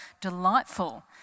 delightful